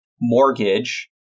mortgage